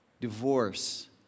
divorce